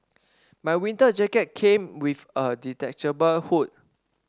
my winter jacket came with a detachable hood